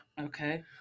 Okay